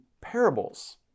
parables